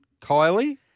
Kylie